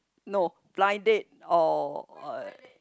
no blind date or uh